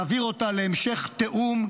להעביר אותה להמשך תיאום,